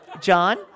John